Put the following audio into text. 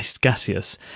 gaseous